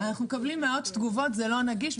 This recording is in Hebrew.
מקבלים מאות תגובות שזה לא נגיש.